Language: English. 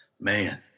man